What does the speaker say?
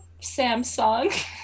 samsung